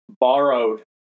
borrowed